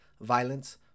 violence